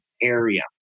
area